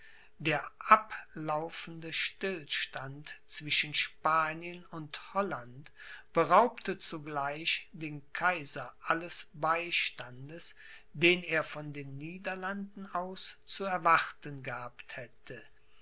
der ablaufende stillstand zwischen spanien und holland beraubte zugleich den kaiser alles beistandes den er von den niederlanden aus zu erwarten gehabt hätte